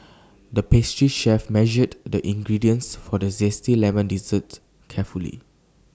the pastry chef measured the ingredients for the Zesty Lemon Dessert carefully